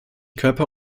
körper